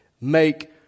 Make